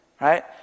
Right